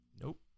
Nope